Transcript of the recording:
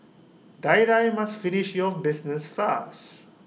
Die Die must finish your business fast